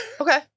Okay